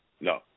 No